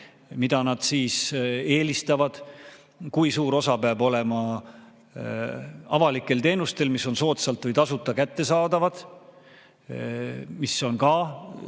mida nad eelistavad. Kui suur osa peab olema avalikel teenustel, mis on soodsalt või tasuta kättesaadavad, mis on ka